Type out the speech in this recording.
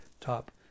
top